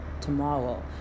tomorrow